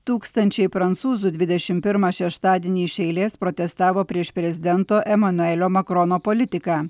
tūkstančiai prancūzų dvidešim pirmą šeštadienį iš eilės protestavo prieš prezidento emanuelio makrono politiką